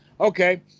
okay